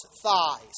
thighs